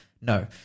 No